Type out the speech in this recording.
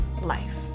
life